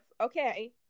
okay